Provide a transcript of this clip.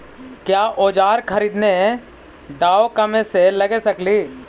क्या ओजार खरीदने ड़ाओकमेसे लगे सकेली?